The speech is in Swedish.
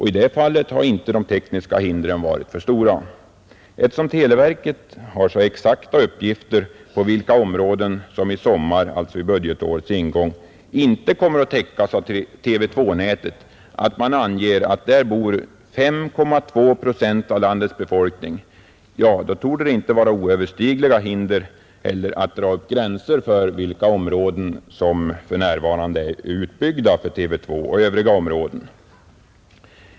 I det fallet har inte de tekniska hindren varit för stora. Eftersom televerket har så exakta uppgifter på vilka områden som i sommar, alltså vid budgetårets ingång, inte kommer att täckas av TV 2-nätet att man kan ange att där bor 5,2 procent av landets befolkning, torde det inte vara några oöverstigliga hinder att draga upp gränser mellan områden utbyggda för TV 2 och övriga områden.